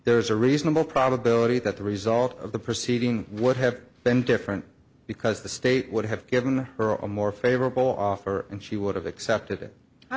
there's a reasonable probability that the result of the proceeding would have been different because the state would have given her a more favorable offer and she would have accepted it i